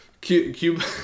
Cuba